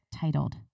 titled